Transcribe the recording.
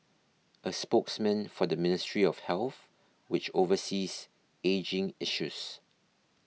a spokesman for the Ministry of Health which oversees ageing issues